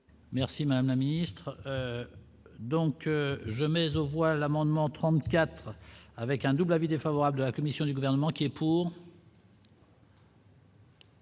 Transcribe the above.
Merci mamie. Donc je mais aux voix l'amendement 34 avec un double avis défavorable de la commission du gouvernement qui est pour.